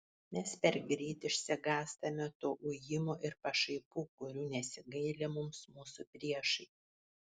mes per greit išsigąstame to ujimo ir pašaipų kurių nesigaili mums mūsų priešai